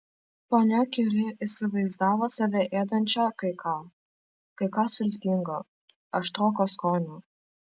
ponia kiuri įsivaizdavo save ėdančią kai ką kai ką sultinga aštroko skonio